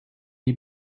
you